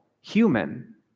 human